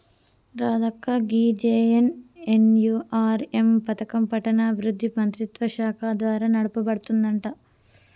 రాధక్క గీ జె.ఎన్.ఎన్.యు.ఆర్.ఎం పథకం పట్టణాభివృద్ధి మంత్రిత్వ శాఖ ద్వారా నడపబడుతుందంట